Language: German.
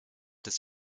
des